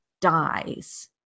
dies